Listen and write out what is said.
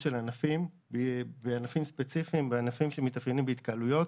של ענפים ספציפיים ושל ענפים שמתעסקים בהתקהלויות.